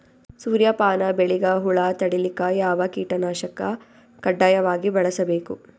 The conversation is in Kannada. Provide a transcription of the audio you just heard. ಸೂರ್ಯಪಾನ ಬೆಳಿಗ ಹುಳ ತಡಿಲಿಕ ಯಾವ ಕೀಟನಾಶಕ ಕಡ್ಡಾಯವಾಗಿ ಬಳಸಬೇಕು?